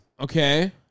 Okay